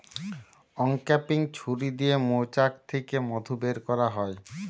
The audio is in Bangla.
অংক্যাপিং ছুরি দিয়ে মৌচাক থিকে মধু বের কোরা হয়